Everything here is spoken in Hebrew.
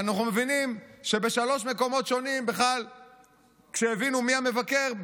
ואנחנו מבינים שבשלושה מקומות שונים כשהבינו מי המבקר,